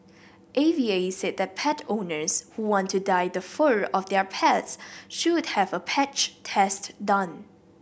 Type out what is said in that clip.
A V A said that pet owners who want to dye the fur of their pets should have a patch test done